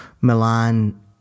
Milan